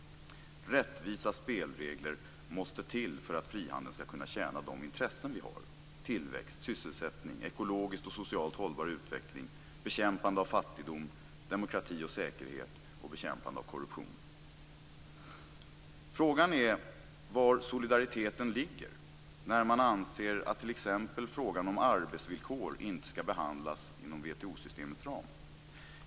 Rättvisa spelregler måste till för att frihandeln skall kunna tjäna de intressen som vi har - tillväxt, sysselsättning, ekologiskt och socialt hållbar utveckling, bekämpande av fattigdom, demokrati och säkerhet och bekämpande av korruption. Frågan är var solidariteten ligger när man anser att t.ex. frågan om arbetsvillkor inte skall behandlas inom WTO-systemets ram.